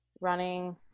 running